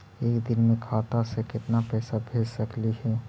एक दिन में खाता से केतना पैसा भेज सकली हे?